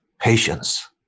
Patience